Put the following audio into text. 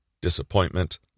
disappointment